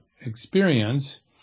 experience